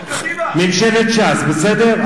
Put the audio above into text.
קדימה, ממשלת ש"ס, בסדר?